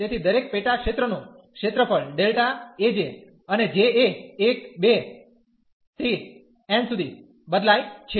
તેથી દરેક પેટા ક્ષેત્રનો ક્ષેત્રફળ Δ A j અને j એ 1 2 n સુધી બદલાય છે